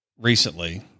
recently